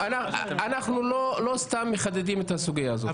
אנחנו לא סתם מחדדים את הסוגיה הזאת,